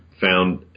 found